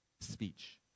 speech